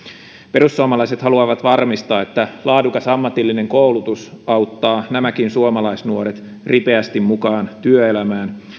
perussuomalaiset haluavat varmistaa että laadukas ammatillinen koulutus auttaa nämäkin suomalaisnuoret ripeästi mukaan työelämään